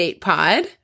Pod